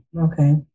Okay